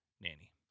nanny